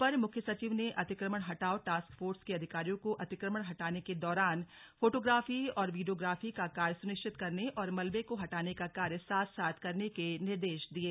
अपर मुख्य सचिव ने अतिक्रमण हटाओ टास्क फोर्स के अधिकारियों को अतिक्रमण हटाने के दौरान फोटोग्राफी और वीडियोग्राफी का कार्य सुनिश्चित करने और मलबे को हटाने का कार्य साथ साथ करने के निर्देश दिये